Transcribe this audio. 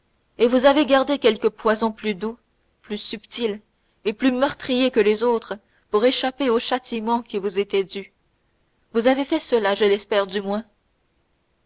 et vous avez gardé quelque poison plus doux plus subtil et plus meurtrier que les autres pour échapper au châtiment qui vous était dû vous avez fait cela je l'espère du moins